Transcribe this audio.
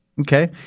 Okay